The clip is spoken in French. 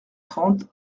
trente